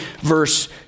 verse